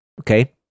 okay